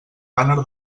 bàner